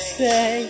say